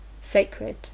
sacred